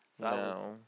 No